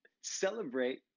celebrate